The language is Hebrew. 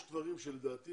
יש דברים שלדעתי